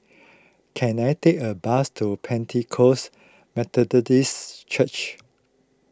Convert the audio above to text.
can I take a bus to Pentecost Methodist Church